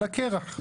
על הקרח.